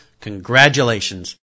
congratulations